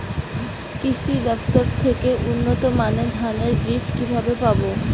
কৃষি দফতর থেকে উন্নত মানের ধানের বীজ কিভাবে পাব?